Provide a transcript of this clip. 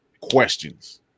questions